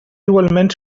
igualment